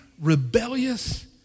rebellious